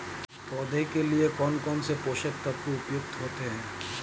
पौधे के लिए कौन कौन से पोषक तत्व उपयुक्त होते हैं?